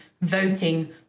voting